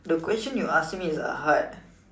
the questions you ask me are hard